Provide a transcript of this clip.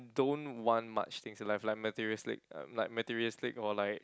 don't want much things in life like materialistic uh like materialistic or like